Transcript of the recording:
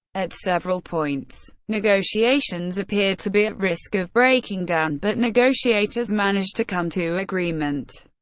at several points, negotiations appeared to be at risk of breaking down, but negotiators managed to come to agreement.